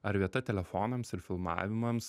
ar vieta telefonams ir filmavimams